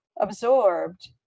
absorbed